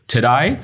Today